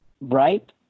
Right